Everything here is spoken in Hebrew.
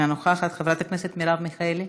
אינה נוכחת, חברת הכנסת מרב מיכאלי,